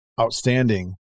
outstanding